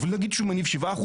אבל נגיד שהוא מניב 7%,